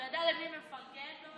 הוא ידע למי לפרגן עם